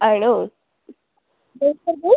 ആണോ